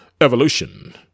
evolution